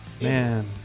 Man